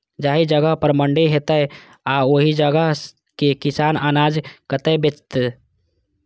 जाहि जगह पर मंडी हैते आ ओहि जगह के किसान अनाज कतय बेचते?